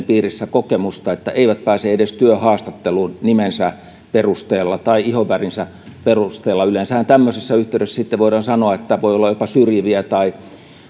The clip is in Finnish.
piirissä kokemusta että eivät pääse edes työhaastatteluun nimensä perusteella tai ihonvärinsä perusteella yleensähän tämmöisessä yhteydessä sitten voidaan sanoa että voi olla jopa syrjiviä tai